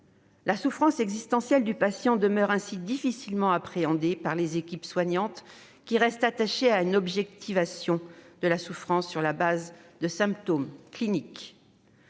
La souffrance existentielle du patient demeure ainsi difficilement appréhendée par les équipes soignantes, qui restent attachées à une objectivation de la souffrance sur la base de symptômes cliniques.